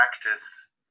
practice